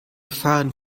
fahren